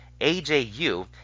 AJU